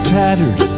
tattered